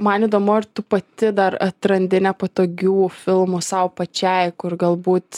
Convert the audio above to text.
man įdomu ar tu pati dar atrandi nepatogių filmų sau pačiai kur galbūt